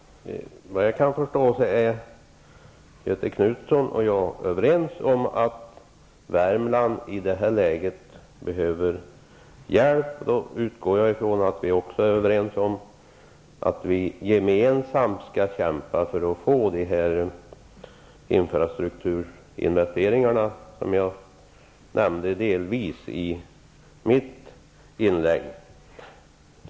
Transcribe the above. Herr talman! Vad jag kan förstå, är Göthe Knutson och jag överens om att Värmland i det här läget behöver hjälp. Jag utgår då från att vi också är överens om att vi gemensamt skall kämpa för att Värmland skall få de infrastrukturinvesteringar som jag nämnde i mitt inlägg.